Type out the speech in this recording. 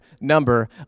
number